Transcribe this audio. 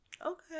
Okay